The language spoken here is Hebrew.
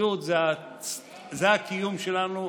אחדות זה הקיום שלנו,